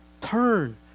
Turn